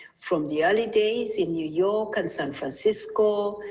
from the early days in new york and san francisco,